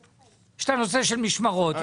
יש את הנושא של משמרות.